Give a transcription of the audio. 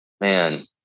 man